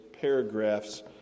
paragraphs